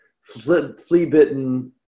flea-bitten